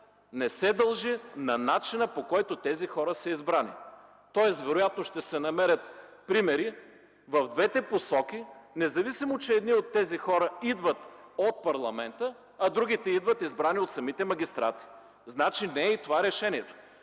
не се дължи на начина, по който тези хора са избрани. Вероятно ще се намерят примери в двете посоки, независимо че едни от тези хора идват от парламента, а другите идват избрани от самите магистрати. Значи не е и това решението.